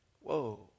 Whoa